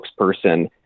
spokesperson